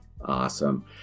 Awesome